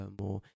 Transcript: more